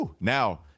now